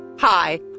Hi